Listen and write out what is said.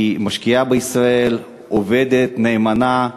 היא משקיעה בישראל, עובדת, נאמנה.